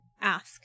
ask